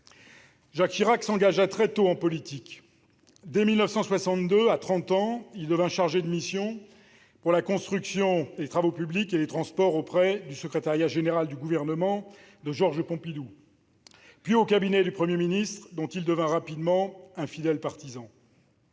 Jacques Chirac s'engagea très tôt en politique. Dès 1962, à trente ans, il devint chargé de mission pour la construction, les travaux publics et les transports auprès du secrétariat général du gouvernement de Georges Pompidou, puis au cabinet du Premier ministre, dont il devint rapidement un fidèle partisan.